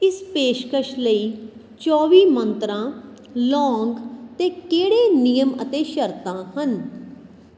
ਇਸ ਪੇਸ਼ਕਸ਼ ਲਈ ਚੌਵੀ ਮੰਤਰਾਂ ਲੌਂਗ 'ਤੇ ਕਿਹੜੇ ਨਿਯਮ ਅਤੇ ਸ਼ਰਤਾਂ ਹਨ